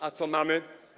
A co mamy?